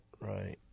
Right